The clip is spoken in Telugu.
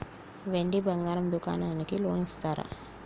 వెండి బంగారం దుకాణానికి లోన్ ఇస్తారా?